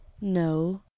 no